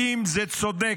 האם זה צודק